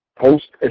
post